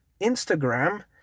Instagram